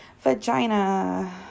Vagina